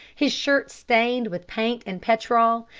his shirt stained with paint and petrol.